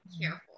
careful